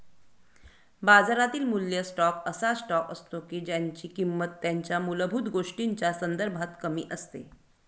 बाजारातील मूल्य स्टॉक असा स्टॉक असतो की ज्यांची किंमत त्यांच्या मूलभूत गोष्टींच्या संदर्भात कमी असते